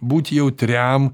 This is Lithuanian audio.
būti jautriam